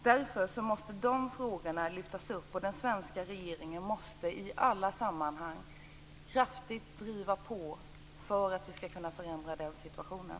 Därför måste dessa frågor lyftas fram, och den svenska regeringen måste i alla sammanhang kraftigt driva på för att vi skall kunna förändra den situationen.